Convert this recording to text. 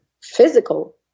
physical